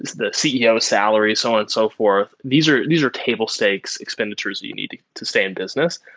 the ceo's salary, so on and so forth. these are these are table stakes expenditures that you need to stay in business.